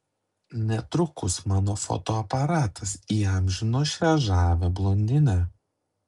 netrukus mano fotoaparatas įamžino šią žavią blondinę